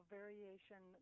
variation